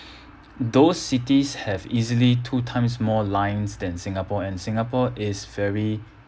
those cities have easily two times more lines than singapore and singapore is very